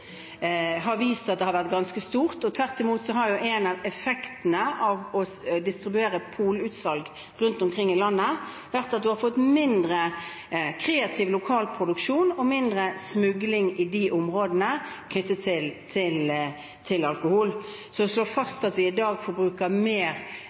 har vist at det har vært ganske stort. Tvert imot har en av effektene av å etablere polutsalg rundt omkring i landet vært at det har blitt mindre kreativ lokal produksjon og mindre smugling av alkohol i de områdene. Å slå fast at vi i dag forbruker mer